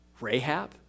Rahab